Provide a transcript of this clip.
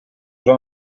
vam